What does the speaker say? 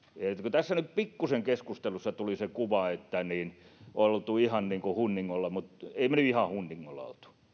tässä keskustelussa nyt pikkuisen tuli se kuva että on oltu ihan hunningolla mutta emme me nyt ihan hunningolla ole olleet